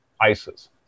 ISIS